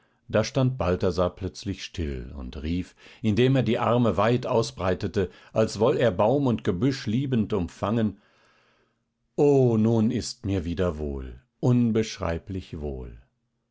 da stand balthasar plötzlich still und rief indem er die arme weit ausbreitete als woll er baum und gebüsch liebend um fangen o nun ist mir wieder wohl unbeschreiblich wohl